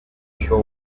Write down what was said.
show